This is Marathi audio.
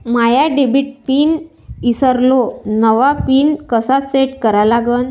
माया डेबिट पिन ईसरलो, नवा पिन कसा सेट करा लागन?